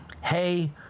Hey